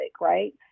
right